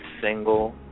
single